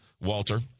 Walter